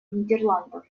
нидерландов